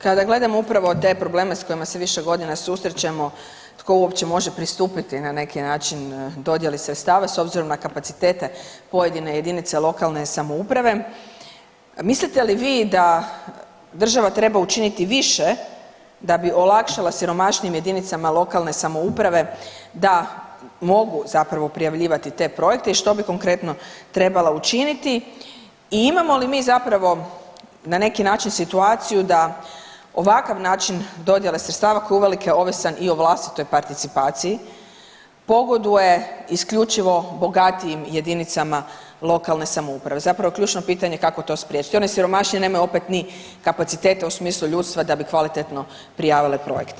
Kada gledamo upravo te probleme s kojima se više godina susrećemo tko uopće može pristupiti na neki način dodjeli sredstava s obzirom na kapacitete pojedine jedinice lokalne samouprave, mislite li vi da država treba učiniti više da bi olakšala siromašnijim jedinicama lokalne samouprave da mogu zapravo prijavljivati te projekte i što bi konkretno trebala učiniti i imamo li mi zapravo na neki način situaciju da, ovakav način dodjele sredstava, koje je uvelike ovisan i o vlastitoj participaciji, pogoduje isključivo bogatijim jedinicama lokalne samouprave, zapravo ključno pitanje je kako to spriječiti, one siromašnije nemaju opet ni kapaciteta, u smislu ljudstva da bi kvalitetno prijavile projekte.